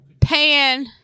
Pan